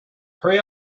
hurry